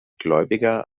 gläubiger